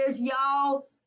y'all